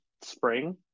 spring